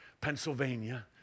Pennsylvania